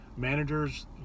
Managers